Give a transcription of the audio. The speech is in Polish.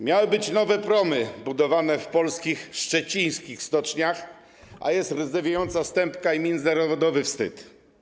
Miały być nowe promy budowane w polskich, szczecińskich stoczniach, a jest rdzewiejąca stępka i międzynarodowy wstyd.